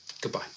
Goodbye